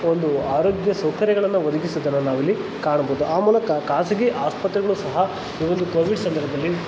ಒಂದು ಆರೋಗ್ಯ ಸೌಕರ್ಯಗಳನ್ನು ಒದಗಿಸುವುದನ್ನು ನಾವಿಲ್ಲಿ ಕಾಣಬೋದು ಆ ಮೂಲಕ ಖಾಸಗಿ ಆಸ್ಪತ್ರೆಗಳು ಸಹ ಈ ಒಂದು ಕೋವಿಡ್ ಸಂದರ್ಭದಲ್ಲಿ